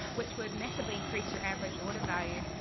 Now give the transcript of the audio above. which would massively increase your average order value.